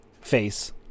face